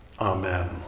Amen